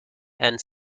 and